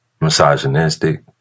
misogynistic